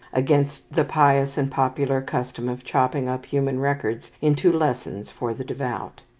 against the pious and popular custom of chopping up human records into lessons for the devout.